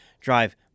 drive